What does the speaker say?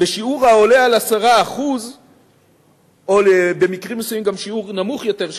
בשיעור העולה על 10% או במקרים מסוימים גם שיעור נמוך יותר,